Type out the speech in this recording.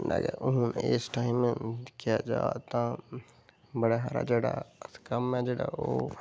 कन्नै गै हून इस टाइम दिक्खेआ जा तां बड़ा हारा जेह्ड़ा कम्म ऐ जेह्ड़ा ओह्